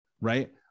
right